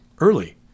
early